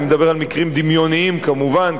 אני מדבר על מקרים דמיוניים כמובן,